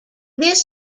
this